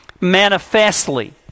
manifestly